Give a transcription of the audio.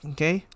Okay